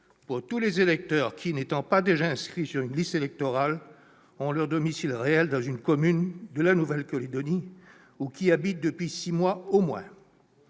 pour tous les électeurs, qui, n'étant pas déjà inscrits sur une liste électorale, ont leur domicile réel dans une commune de la Nouvelle-Calédonie ou y habitent depuis six mois au moins.